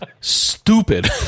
stupid